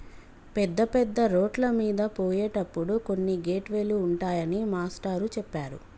పెద్ద పెద్ద రోడ్లమీద పోయేటప్పుడు కొన్ని గేట్ వే లు ఉంటాయని మాస్టారు చెప్పారు